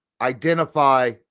identify